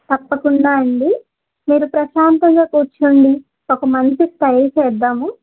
తప్పకుండా అండి మీరు ప్రశాంతంగా కూర్చోండి ఒక మంచి స్టైల్ చేద్దాము